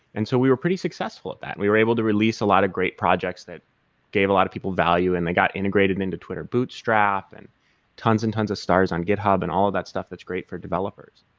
and so we were pretty successful at that. we were able to release a lot of great projects that gave a lot of people value and they got integrated into twitter bootstrap an tons and tons of stars on github and all of that stuff that's great for developers,